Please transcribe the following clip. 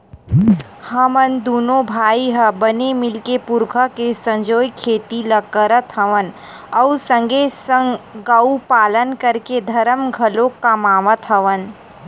हमन दूनो भाई ह बने मिलके पुरखा के संजोए खेती ल करत हवन अउ संगे संग गउ पालन करके धरम घलोक कमात हवन